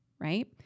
right